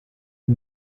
die